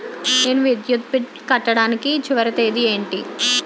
నేను విద్యుత్ బిల్లు కట్టడానికి చివరి తేదీ ఏంటి?